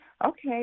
Okay